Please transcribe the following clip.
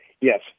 Yes